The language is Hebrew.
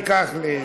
ייקח לי זמן.